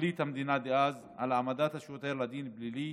פרקליט המדינה דאז, על העמדת השוטר לדין פלילי.